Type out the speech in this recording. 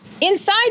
inside